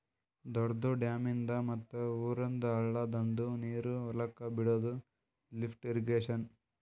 ದೊಡ್ದು ಡ್ಯಾಮಿಂದ್ ಮತ್ತ್ ಊರಂದ್ ಹಳ್ಳದಂದು ನೀರ್ ಹೊಲಕ್ ಬಿಡಾದು ಲಿಫ್ಟ್ ಇರ್ರೀಗೇಷನ್